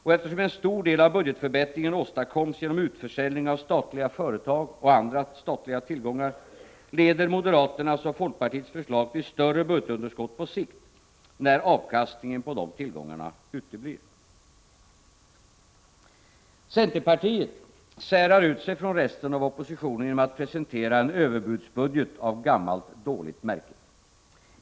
Och eftersom en stor del av budgetförbättringen åstadkoms genom utförsäljning av statliga företag och andra statliga tillgångar, leder moderaternas och folkpartiets förslag till större budgetunderskott på sikt, när avkastningen på dessa tillgångar uteblir. Centerpartiet särar ut sig från resten av oppositionen genom att presentera en överbudsbudget av gammalt dåligt märke.